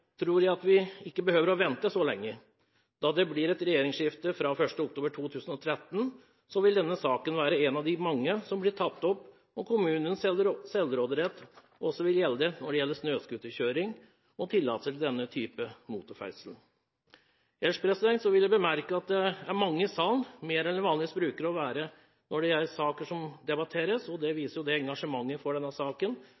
tror jeg ikke at vi behøver å vente så lenge. Hvis det blir et regjeringsskifte fra 1. oktober 2013, vil denne saken være en av de mange som blir tatt opp, og kommunenes selvråderett vil gjelde også når det gjelder snøscooterkjøring og tillatelser til denne typen motorferdsel. Ellers vil jeg bemerke at det er mange til stede i salen, flere enn det vanligvis bruker å være når saker debatteres. Det viser engasjementet for denne saken, og at det